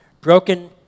Broken